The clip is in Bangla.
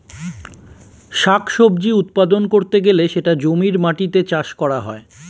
শাক সবজি উৎপাদন করতে গেলে সেটা জমির মাটিতে চাষ করা হয়